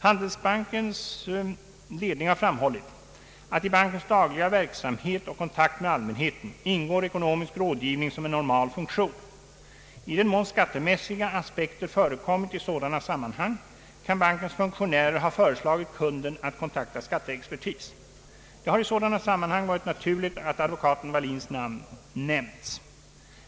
Handelsbankens ledning har framhållit, att i bankens dagliga verksamhet och kontakt med allmänheten ingår ekonomisk rådgivning som en normal funktion. I den mån skattemässiga aspekter förekommit i sådana sammanhang, kan bankens funktionärer ha föreslagit kunden att kontakta skatteexpertis; det har i sådana sammanhang varit naturligt att advokaten Wallins namn nämnts.